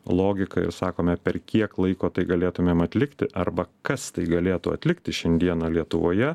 logiką ir sakome per kiek laiko tai galėtumėm atlikti arba kas tai galėtų atlikti šiandieną lietuvoje